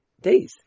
days